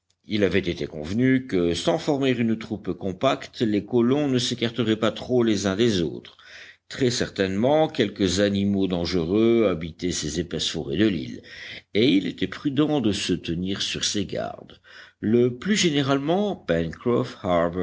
il avait été convenu que sans former une troupe compacte les colons ne s'écarteraient pas trop les uns des autres très certainement quelques animaux dangereux habitaient ces épaisses forêts de l'île et il était prudent de se tenir sur ses gardes le plus généralement